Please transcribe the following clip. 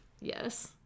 Yes